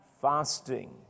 fasting